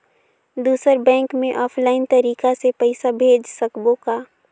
दुसर बैंक मे ऑफलाइन तरीका से पइसा भेज सकबो कौन?